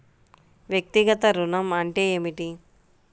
వ్యక్తిగత ఋణం అంటే ఏమిటి?